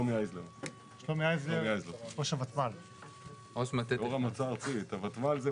יו"ר המועצה הארצית.